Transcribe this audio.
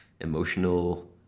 emotional